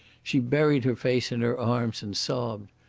she buried her face in her arms and sobbed.